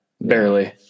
barely